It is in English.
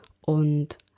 und